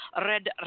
Red